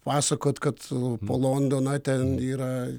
pasakot kad po londoną ten yra